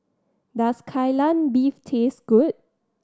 does Kai Lan Beef taste good